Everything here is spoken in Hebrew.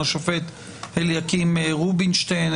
השופט אליקים רובינשטיין,